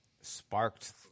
sparked